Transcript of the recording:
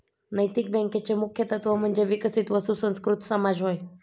नैतिक बँकेचे मुख्य तत्त्व म्हणजे विकसित व सुसंस्कृत समाज होय